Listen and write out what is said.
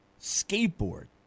skateboard